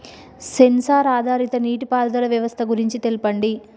Censor ఆధారిత నీటిపారుదల వ్యవస్థ గురించి తెల్పండి?